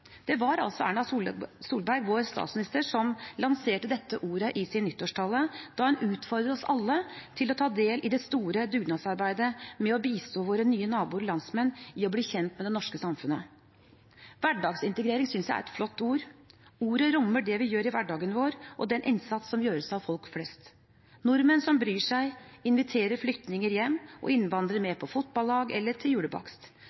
Det var Erna Solberg, vår statsminister, som lanserte dette ordet i sin nyttårstale, der hun utfordret oss alle til å ta del i det store dugnadsarbeidet med å bistå våre nye naboer og landsmenn i å bli kjent med det norske samfunnet. «Hverdagsintegrering» synes jeg er et flott ord. Ordet rommer det vi gjør i hverdagen vår, og den innsats som gjøres av folk flest – nordmenn som bryr seg, inviterer flyktninger med hjem og innvandrere med på fotballag eller på julebakst,